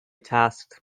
tasked